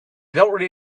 really